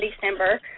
December